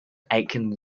aitken